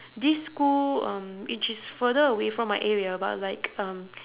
this school um which is further away from my area but like um